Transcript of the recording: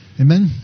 Amen